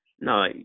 no